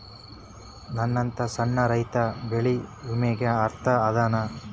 ನನ್ನಂತ ಸಣ್ಣ ರೈತಾ ಬೆಳಿ ವಿಮೆಗೆ ಅರ್ಹ ಅದನಾ?